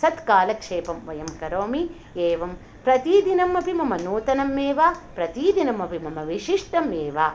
सत्कालक्षेपं वयं करोमि एवं प्रतीदिनमपि मम नूतनम् एव प्रतिदिनमपि मम विशिष्टम् एव